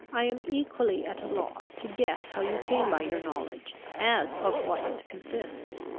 i am equally at a loss to guess how you came by your knowledge, as of what it consists.